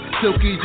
silky